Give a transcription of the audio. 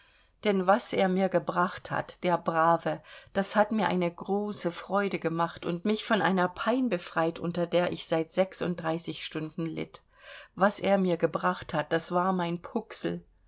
denn was er mir gebracht hat der brave das hat mir eine große freude gemacht und mich von einer pein befreit unter der ich seit sechsunddreißig stunden litt was er mir gebracht hat das war mein puxl